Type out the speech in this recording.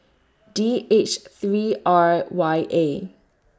D H three R Y A